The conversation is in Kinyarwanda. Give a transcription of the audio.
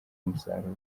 umusaruro